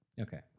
Okay